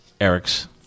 Eric's